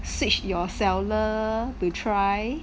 switch your seller to try